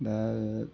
दा